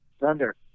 Thunder